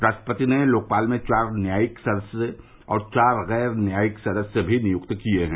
राष्ट्रपति ने लोकपाल में चार न्यायिक सदस्य और चार गैर न्यायिक सदस्य भी नियुक्त किए हैं